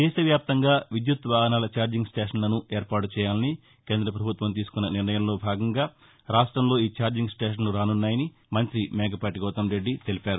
దేశవ్యాప్తంగా విద్యుత్ వాహనాల చార్జింగ్ స్టేషన్లను ఏర్పాటు చేయాలని కేంద ప్రభుత్వం తీసుకున్న నిర్ణయంలో భాగంగా రాష్ట్రంలో ఈ చార్జింగ్ స్టేషన్లు రానున్నాయని మంాతి మేకపాటి గౌతమ్ రెడ్డి తెలిపారు